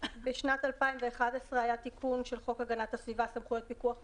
בשנת 2011 היה תיקון של חוק הגנת הסביבה (סמכויות פיקוח ואכיפה),